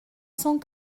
cent